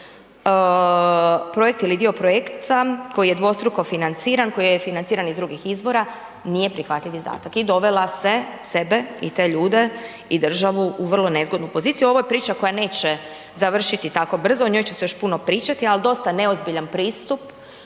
projekt ili dio projekta koji je dvostruko financiran, koji je financiran iz drugih izvora nije prihvatljiv izdatak. I dovela se, sebe i te ljude i državu u vrlo nezgodnu poziciju. Ovo je priča koja neće završiti tako brzo o njoj će se još puno pričati, ali dosta neozbiljan pristup,